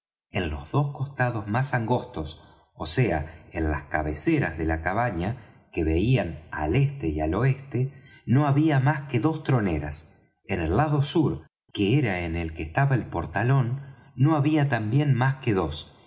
en los dos costados más angostos ó sea en las cabeceras de la cabaña que veían al este y al oeste no había más que dos troneras en el lado sur que era en el que estaba el portalón no había también más que dos